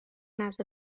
نزد